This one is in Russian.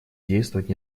действовать